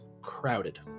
crowded